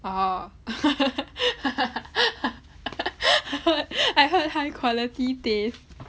orh I heard I heard high quality taste